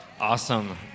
Awesome